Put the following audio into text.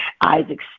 Isaac